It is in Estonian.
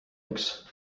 üks